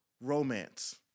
romance